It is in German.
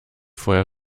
vorher